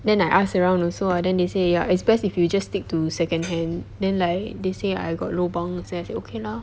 then I ask around also ah then they say ya it's best if you just stick to second hand then like they say I got lubang so I say okay lah